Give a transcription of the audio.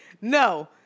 No